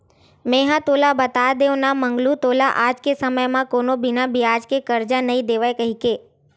मेंहा तो तोला बता देव ना मंगलू तोला आज के समे म कोनो बिना बियाज के करजा नइ देवय कहिके